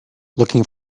looking